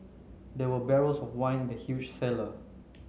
there were barrels of wine in the huge cellar